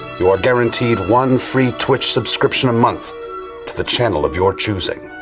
you are guaranteed one free twitch subscription a month to the channel of your choosing.